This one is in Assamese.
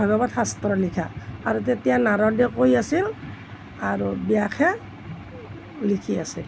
ভাগৱত শাস্ত্ৰ লিখা আৰু তেতিয়া নাৰদে কৈ আছিল আৰু ব্যাসে লিখি আছিল